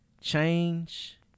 Change